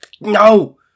no